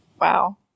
Wow